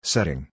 Setting